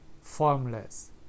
formless